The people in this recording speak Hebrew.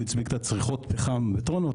הוא הציג את צריכות הפחם בטונות,